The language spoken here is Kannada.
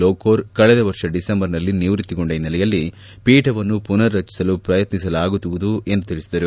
ಲೋಕೂರ್ ಕಳೆದ ವರ್ಷ ಡಿಸೆಂಬರ್ನಲ್ಲಿ ನಿವೃತ್ತಿಗೊಂಡ ಹಿನ್ನೆಲೆಯಲ್ಲಿ ಪೀಠವನ್ನು ಪುನರ್ ರಚಿಸಲು ಪ್ರಯತ್ನಿಸಲಾಗುವುದು ಎಂದು ತಿಳಿಸಿದರು